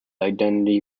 identity